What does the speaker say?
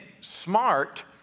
smart